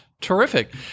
Terrific